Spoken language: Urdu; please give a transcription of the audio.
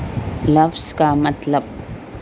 لفظ کا مطلب